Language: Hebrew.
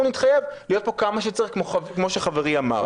נתחייב להיות פה כמה שצריך כמו שחברי אמר.